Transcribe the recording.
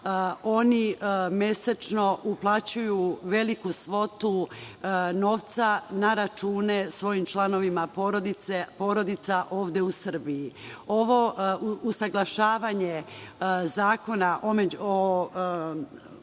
Oni mesečno uplaćuju veliku svotu novca na račune svojim članovima porodica, ovde u Srbiji. Ovo usaglašavanje Zakona o